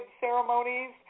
ceremonies